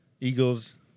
eagles